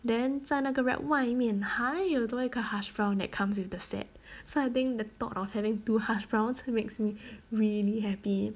then 在那个 wrap 外面还有多一个 hash brown that comes with the set so I think the thought of having two hash browns makes me really happy